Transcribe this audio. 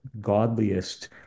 godliest